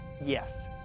yes